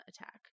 attack